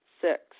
Six